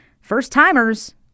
First-timers